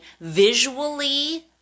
visually